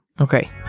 Okay